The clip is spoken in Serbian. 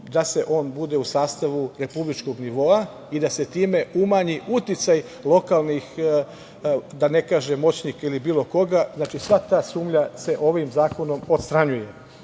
da on bude u sastavu republičkog nivoa i da se time umanji uticaj lokalnih, da ne kažem moćnika ili bilo koga, znači sva ta sumnja se ovim zakonom odstranjuje.